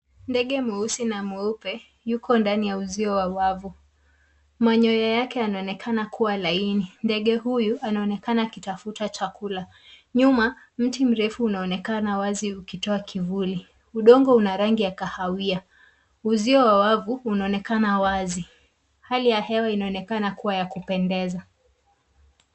Ndege mweusi na mweupe yuko ndani ya uzio wa wavu. Manyoya yake yanaonekana kuwa laini. Ndege huyu anaonekana akitafuta chakula nyuma mti mrefu unaonekana wazi ukitoa kivuli. Udongo una rangi ya kahawia. Uzio wa wavu unaonekana wazi. Hali ya hewa inaonekana kuwa ya kupendeza.